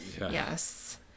Yes